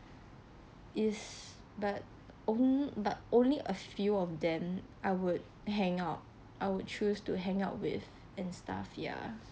it's but on~ but only a few of them I would hang out I would choose to hang out with and stuff ya